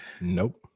Nope